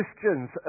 Christians